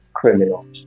criminal